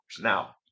Now